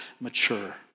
mature